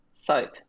Soap